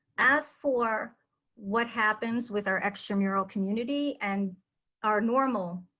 as for what happens with our extramural community and our normal,